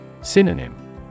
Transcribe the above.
Synonym